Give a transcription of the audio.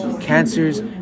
Cancers